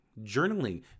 journaling